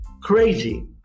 crazy